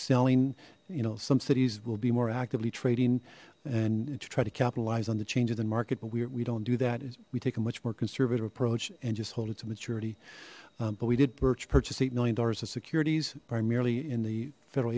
selling you know some cities will be more actively trading and to try to capitalize on the changes and market but we don't do that we take a much more conservative approach and just hold it to maturity but we did purchase eight million dollars of securities primarily in the federal